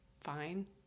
fine